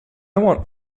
want